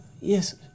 Yes